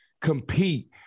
compete